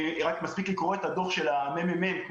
מספיק לקרוא את הדוח של מרכז המחקר והמידע של הכנסת,